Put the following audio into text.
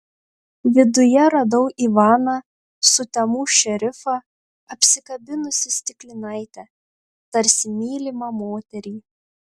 viduje radau ivaną sutemų šerifą apsikabinusį stiklinaitę tarsi mylimą moterį